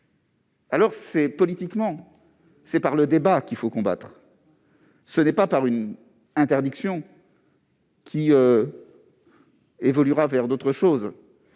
alors c'est politiquement, par le débat, qu'il faut les combattre, et non par une interdiction qui évoluera vers autre chose.